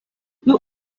you